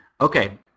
Okay